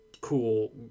cool